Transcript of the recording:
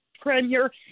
Premier